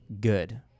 good